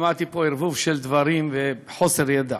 שמעתי פה ערבוב של דברים וחוסר ידע.